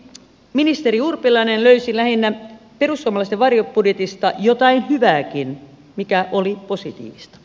ministeri urpilainen löysi perussuomalaisten varjobudjetista jotain hyvääkin mikä oli positiivista